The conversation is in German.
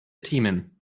themen